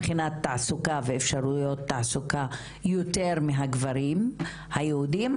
מבחינת תעסוקה ואפשרויות תעסוקה יותר מהגברים היהודים,